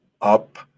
up